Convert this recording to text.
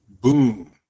Boom